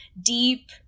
deep